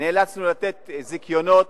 נאלצנו לתת זיכיונות,